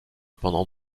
pendant